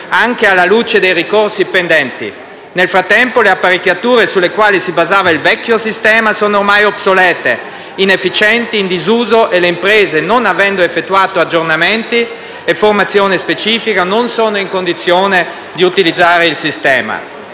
anche alla luce dei ricorsi pendenti. Nel frattempo, le apparecchiature sulle quali si basava il vecchio sistema sono ormai obsolete, inefficienti, in disuso e le imprese, non avendo effettuato aggiornamenti e formazione specifica, non sono in condizione di utilizzare il sistema.